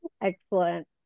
Excellent